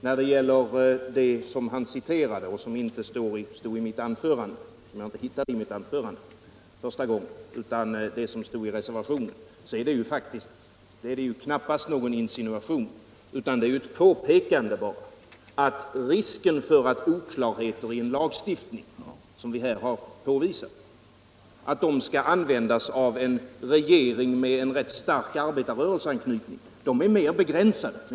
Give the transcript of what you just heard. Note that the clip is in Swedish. När det gäller vad han citerade — inte ur mitt anförande utan ur reservationen — är det knappast någon insinuation utan bara ett påpekande av att risken för att sådana oklarheter i en lagstiftning som vi här har påvisat skall användas av en regering med en rätt stark arbetarrörelseanknytning är mera begränsad.